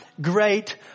great